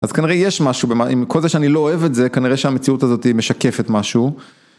אז כנראה יש משהו, עם כל זה שאני לא אוהב את זה, כנראה שהמציאות הזאת משקפת משהו.